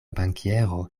bankiero